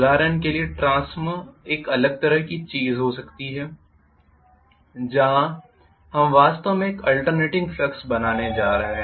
उदाहरण के लिए ट्रांसफार्मर एक अलग तरह की चीज हो सकती है जहां हम वास्तव में एक आल्टर्नेटिंग फ्लक्स बनाने जा रहे हैं